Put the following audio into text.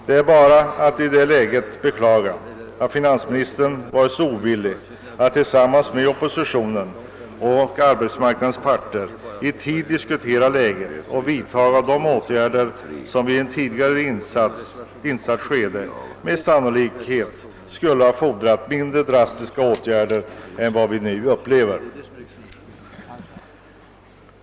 Det är bara att i detta läge beklaga att finansministern varit så ovillig att tillsammans med oppositionen och arbetsmarknadens parter i tid diskutera läget och vidtaga de åtgärder som, insatta i ett tidigare skede, med sannolikhet inte skulle ha behövt bli så drastiska som de nu föreslagna.